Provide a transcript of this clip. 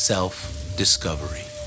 Self-discovery